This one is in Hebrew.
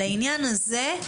לעניין הזה,